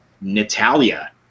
Natalia